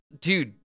dude